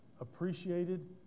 appreciated